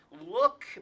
look